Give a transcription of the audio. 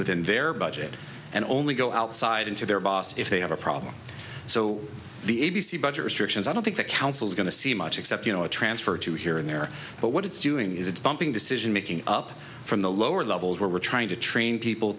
within their budget and only go outside into their boss if they have a problem so the a b c budget restrictions i don't think the council is going to see much except you know a transfer to here and there but what it's doing is it's bumping decision making up from the lower levels where we're trying to train people